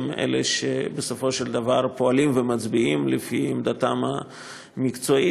והם שבסופו של דבר פועלים ומצביעים לפי עמדתם המקצועית.